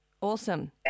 Awesome